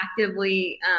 actively